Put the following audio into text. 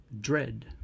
dread